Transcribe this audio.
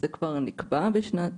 זה כבר נקבע בשנת